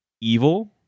evil